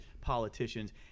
politicians